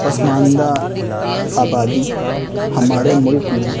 پسماندہ آبادی ہمارے ملک میں